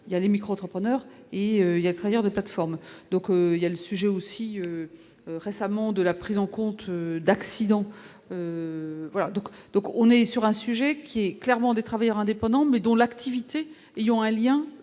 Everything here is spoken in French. il y a des micro-entrepreneurs et il y a travers des plateformes, donc il y a des sujets aussi récemment de la prise en compte d'accidents voilà donc, donc on est sur un sujet qui est clairement des travailleurs indépendants mais dont l'activité il y ayant un lien